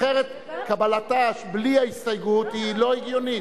אחרת, קבלתה בלי ההסתייגות היא לא הגיונית.